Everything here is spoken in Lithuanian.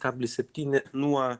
kablį septyni nuo